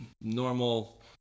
normal